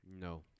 No